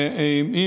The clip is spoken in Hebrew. הקואליציונית,